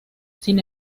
sin